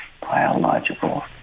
Biological